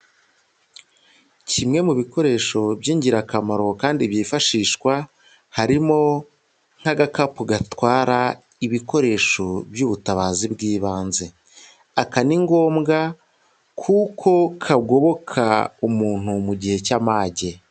Kimwe mu bikoresho by'ingirakamaro kandi byifashishwa harimo nk'agakapu gatwara ibikoresho by'ubutabazi bw'ibanze, aka ni ngombwa kuko kagoboka umuntu mu gihe cy'amage.